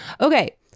okay